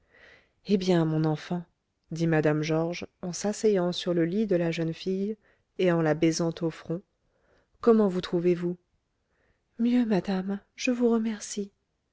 eh bien mon enfant dit mme georges en s'asseyant sur le lit de la jeune fille et en la baisant au front comment vous trouvez-vous mieux madame je vous remercie